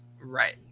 right